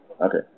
Okay